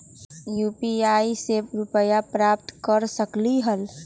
UPI से रुपए प्राप्त कर सकलीहल?